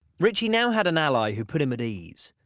ritchie now had an ally who put him at ease.